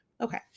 okay